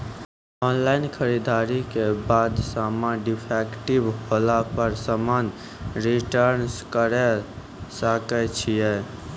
Online खरीददारी के बाद समान डिफेक्टिव होला पर समान रिटर्न्स करे सकय छियै?